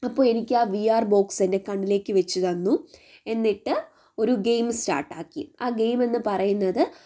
അപ്പോൾ എനിക്ക് ആ വി ആർ ബോക്സ് എൻ്റെ കണ്ണിലേക്ക് വച്ചു തന്നു എന്നിട്ട് ഒരു ഗെയിം സ്റ്റാർട്ടാക്കി ആ ഗെയിമെന്ന് പറയുന്നത്